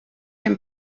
him